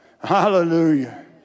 hallelujah